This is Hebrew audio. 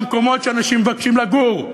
במקומות שאנשים מבקשים לגור.